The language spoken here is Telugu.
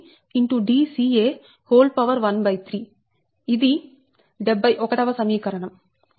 Dca13 ఇది 71 వ సమీకరణం